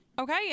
Okay